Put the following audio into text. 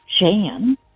Jan